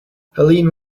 helene